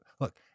look